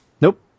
Nope